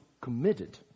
committed